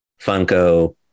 Funko